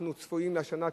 אנחנו צפויים השנה,